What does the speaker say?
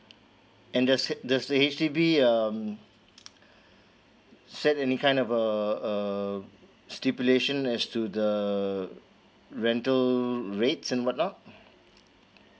and the s~ does the H_D_B um set any kind of uh uh stipulations as to the rental rates and what not